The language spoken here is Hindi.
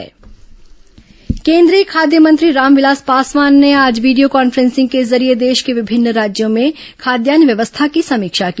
केंद्रीय खाद्य मंत्री बातचीत केंद्रीय खाद्य मंत्री रामविलास पासवान ने आज वीडियो कॉन्फ्रेंसिंग के जरिये देश के विभिन्न राज्यों में खाद्यान्न व्यवस्था की समीक्षा की